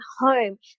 home